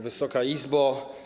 Wysoka Izbo!